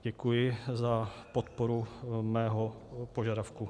Děkuji za podporu mého požadavku.